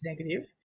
negative